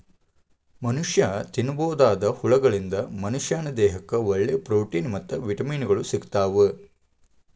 ಮನಷ್ಯಾ ತಿನ್ನಬೋದಾದ ಹುಳಗಳಿಂದ ಮನಶ್ಯಾನ ದೇಹಕ್ಕ ಒಳ್ಳೆ ಪ್ರೊಟೇನ್ ಮತ್ತ್ ವಿಟಮಿನ್ ಗಳು ಸಿಗ್ತಾವ